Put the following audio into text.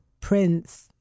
Prince